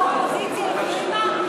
שלושה ימים האופוזיציה החרימה,